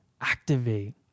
activate